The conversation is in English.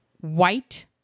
white